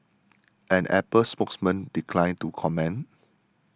an Apple spokesman declined to comment